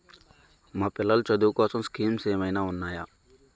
మా పిల్లలు చదువు కోసం స్కీమ్స్ ఏమైనా ఉన్నాయా?